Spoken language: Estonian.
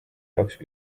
jaoks